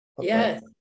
yes